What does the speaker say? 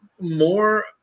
more